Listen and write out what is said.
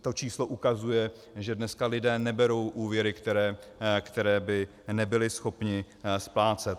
To číslo ukazuje, že dneska lidé neberou úvěry, které by nebyli schopni splácet.